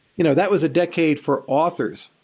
you know that was a decade for authors.